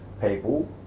people